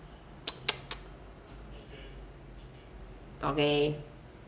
okay